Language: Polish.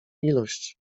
ilość